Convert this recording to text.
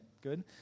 good